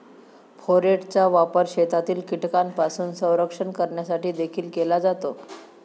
फोरेटचा वापर शेतातील कीटकांपासून संरक्षण करण्यासाठी देखील केला जातो